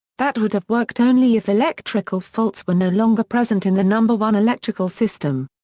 that would have worked only if electrical faults were no longer present in the number one electrical system.